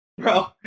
Bro